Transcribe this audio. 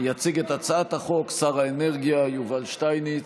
יציג את הצעת החוק שר האנרגיה יובל שטייניץ,